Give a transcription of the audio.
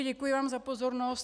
Děkuji vám za pozornost.